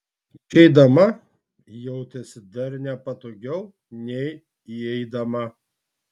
išeidama ji jautėsi dar nepatogiau nei įeidama